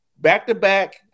Back-to-back